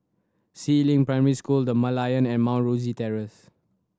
Si Ling Primary School The Merlion and Mount Rosie Terrace